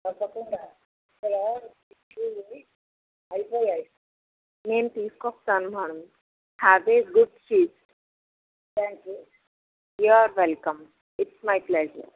తప్పకుండా ఇక్కడ టిష్యూస్ అయిపోయాయి నేను తీసుకొస్తాను madam have a good feel thank you you are welcome it's my pleasure